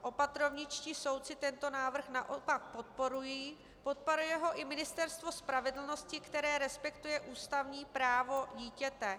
Opatrovničtí soudci tento návrh naopak podporují, podporuje ho i Ministerstvo spravedlnosti, které respektuje ústavní právo dítěte.